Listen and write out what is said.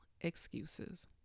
excuses